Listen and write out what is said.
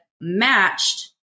matched